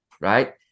right